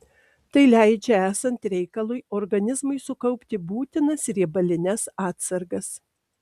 tai leidžia esant reikalui organizmui sukaupti būtinas riebalines atsargas